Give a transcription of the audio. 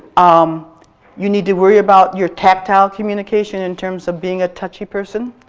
um you need to worry about your tactile communication in terms of being a touchy person.